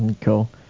Cool